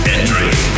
entry